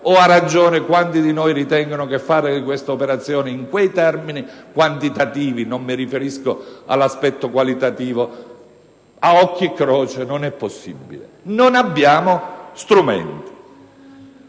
ragione quanti di noi ritengono che fare operazioni in quei termini quantitativi (non mi riferisco all'aspetto qualitativo), a occhio e croce non sia possibile? Non disponiamo di strumenti